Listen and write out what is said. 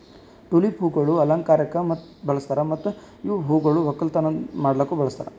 tulip ಹೂವುಗೊಳ್ ಅಲಂಕಾರಕ್ ಬಳಸ್ತಾರ್ ಮತ್ತ ಇವು ಹೂಗೊಳ್ ಒಕ್ಕಲತನ ಮಾಡ್ಲುಕನು ಬಳಸ್ತಾರ್